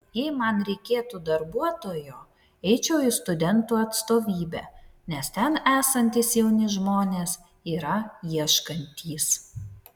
jei man reikėtų darbuotojo eičiau į studentų atstovybę nes ten esantys jauni žmonės yra ieškantys